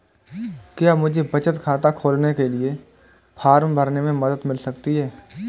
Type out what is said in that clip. क्या मुझे बचत खाता खोलने के लिए फॉर्म भरने में मदद मिल सकती है?